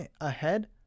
ahead